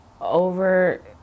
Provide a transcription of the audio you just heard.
over